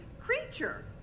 creature